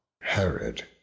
Herod